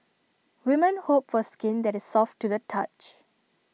women hope for skin that is soft to the touch